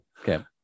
Okay